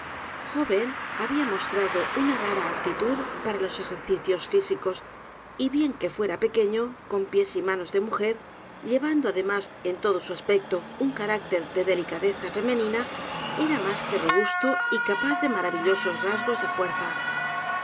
joven había mostrado una rara aptitud para los ejercicios físicos y bien que fuera pequeño con pies y manos de mujer llevando además en todo su aspecto baudelaire ha dedicado en efecto su traducción ámrs marta cierna n del t edgar poe un carácter de delicadeza femenina era más que r o busto y capaz de maravillosos rasgos de fuerza